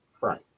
right